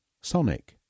Sonic